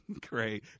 great